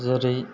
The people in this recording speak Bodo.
जेरै